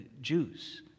Jews